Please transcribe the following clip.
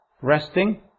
resting